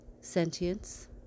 sentience